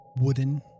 Wooden